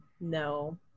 no